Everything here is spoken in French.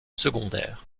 secondaires